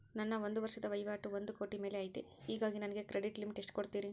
ನನ್ನ ಒಂದು ವರ್ಷದ ವಹಿವಾಟು ಒಂದು ಕೋಟಿ ಮೇಲೆ ಐತೆ ಹೇಗಾಗಿ ನನಗೆ ಕ್ರೆಡಿಟ್ ಲಿಮಿಟ್ ಎಷ್ಟು ಕೊಡ್ತೇರಿ?